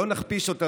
לא נכפיש אותם,